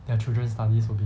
their children studies will be